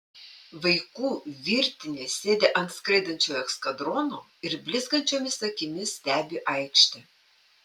vaikų virtinės sėdi ant skraidančiojo eskadrono ir blizgančiomis akimis stebi aikštę